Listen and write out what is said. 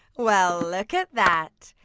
well, look at that,